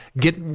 get